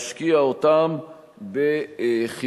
להשקיע אותם בחינוך,